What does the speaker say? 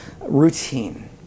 routine